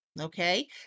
Okay